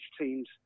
team's